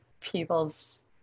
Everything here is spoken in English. people's